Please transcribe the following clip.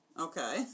Okay